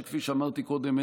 שכפי שאמרתי קודם,